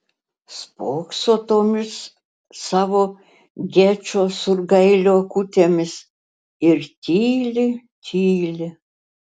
spokso tomis savo gečo surgailio akutėmis ir tyli tyli